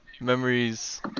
memories